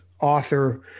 author